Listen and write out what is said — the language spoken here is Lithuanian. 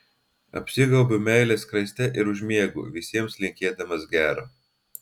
apsigaubiu meilės skraiste ir užmiegu visiems linkėdamas gero